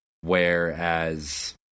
whereas